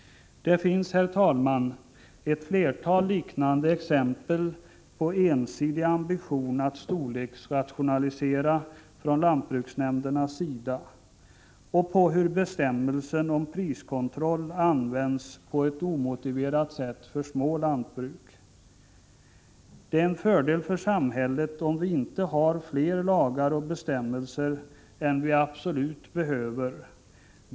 Herr talman! Det finns ett flertal liknande exempel på ensidig ambition att storleksrationalisera från lantbruksnämndernas sida och exempel på hur bestämmelsen om priskontroll används på ett omotiverat sätt för små lantbruk. Det är en fördel för samhället om vi inte har fler lagar och bestämmelser än vi absolut behöver.